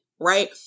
right